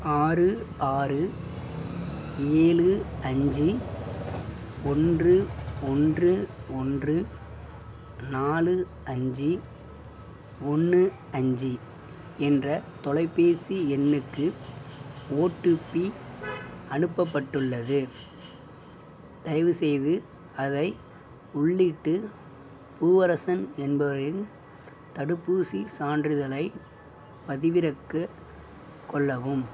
ஆறு ஆறு ஏழு அஞ்சு ஒன்று ஒன்று ஒன்று நாலு அஞ்சு ஒன்று அஞ்சு என்ற தொலைபேசி எண்ணுக்கு ஓடிபி அனுப்பப்பட்டுள்ளது தயவுசெய்து அதை உள்ளிட்டு பூவரசன் என்பவரின் தடுப்பூசிச் சான்றிதழைப் பதிவிறக்க கொள்ளவும்